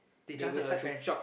they just got retrench